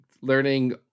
learning